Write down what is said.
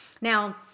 Now